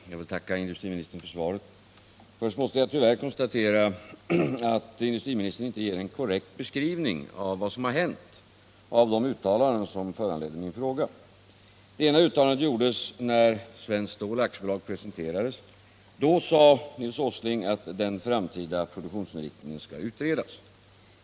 Herr talman! Jag vill tacka industriministern för svaret. Först måste jag tyvärr konstatera att industriministern inte ger en korrekt beskrivning av vad som har hänt när det gäller de uttalanden som föranledde min fråga. Det ena uttalandet gjordes när Svenskt Stål AB presenterades. Då sade Nils Åsling att den framtida produktionsinriktningen skulle utredas.